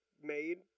made